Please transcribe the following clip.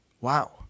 wow